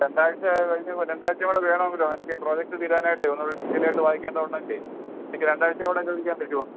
രണ്ടാഴ്ച് കഴിഞ്ഞ് രണ്ടാഴ്ച കൂടെ വേണമെങ്കിലോ എനിക്ക് പ്രോജെക്റ്റ് തീരാനായിട്ട് യൂണിവേഴ്സിറ്റിയിലോട്ട് വായിക്കേണ്ട ഒന്നല്ലേ എനിക്ക് രണ്ടാഴ്ച കൂടെ ചോദിക്കാന് പറ്റുമോ